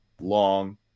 Long